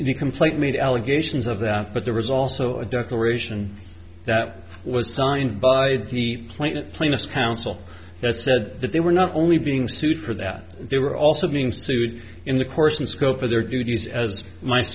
the complaint made allegations of that but there was also a declaration that was signed by the plaintiff plaintiffs counsel that said that they were not only being sued for that they were also being sued in the course and scope of their duties as m